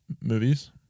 Movies